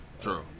True